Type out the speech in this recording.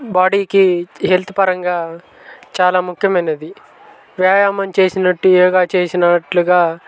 బాడికి health పరంగా చాలా ముఖ్యమైనది వ్యాయామం చేసినట్టుగా యోగ చేసినట్లుగా